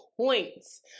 points